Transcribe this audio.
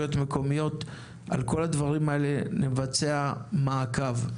על כל הדברים האלה, נבצע מעקב.